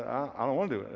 i don't want to